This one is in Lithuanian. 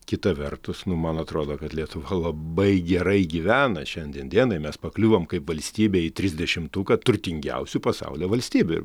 kita vertus nu man atrodo kad lietuva labai gerai gyvena šiandien dienai mes pakliuvom kaip valstybė į trisdešimtuką turtingiausių pasaulio valstybių